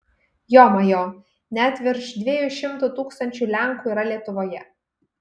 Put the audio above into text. jomajo net virš dviejų šimtų tūkstančių lenkų yra lietuvoje